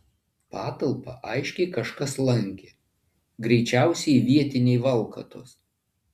patalpą aiškiai kažkas lankė greičiausiai vietiniai valkatos